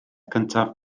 cyntaf